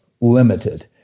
limited